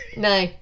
No